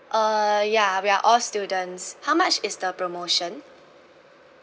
uh ya we are all students how much is the promotion